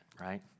right